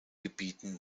gebieten